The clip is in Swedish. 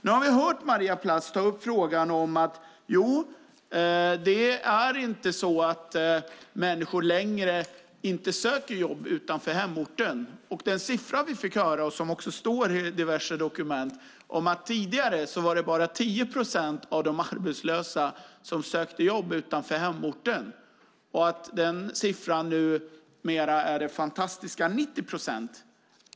Nu har vi hört Maria Plass säga att det inte är så att människor inte längre söker jobb utanför hemorten. Den siffra vi fått höra och som finns i diverse dokument är att det tidigare var bara 10 procent av de arbetslösa som sökte jobb utanför hemorten. Numera är det fantastiska 90 procent.